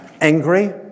angry